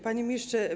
Panie Ministrze!